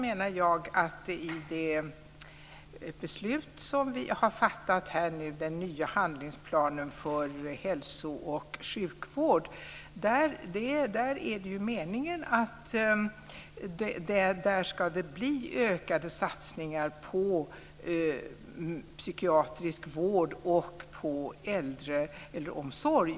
Enligt det beslut som vi har fattat om den nya handlingsplanen för hälso och sjukvård är det meningen att det ska bli ökade satsningar på psykiatrisk vård och på äldreomsorg.